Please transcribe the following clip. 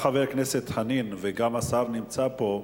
ברשותך, חבר הכנסת חנין וגם השר נמצא פה.